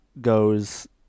goes